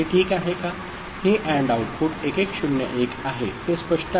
हे AND output 1101 आहे हे स्पष्ट आहे